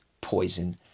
poison